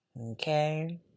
Okay